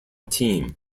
team